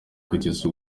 kugeza